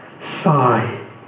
sigh